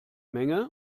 menge